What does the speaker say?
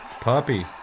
Puppy